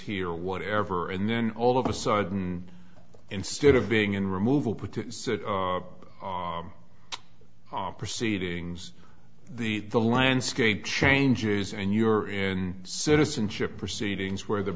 here or whatever and then all of a sudden instead of being in removal put to proceedings the the landscape changes and you're in citizenship proceedings where the